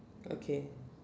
okay